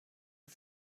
you